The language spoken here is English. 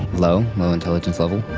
low. low intelligence level.